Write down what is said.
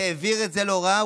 שהעביר את זה להוראה,